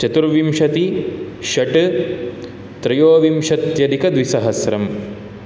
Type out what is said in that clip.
चतुर्विंशति षट् त्रयोविंशत्यधिकद्विसहस्रं